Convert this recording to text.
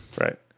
right